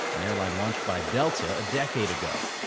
an airline launched by delta a decade ago.